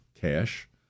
cash